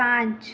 પાંચ